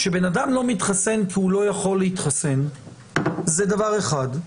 כשבן אדם לא מתחסן כי הוא לא יכול להתחסן זה דבר אחד.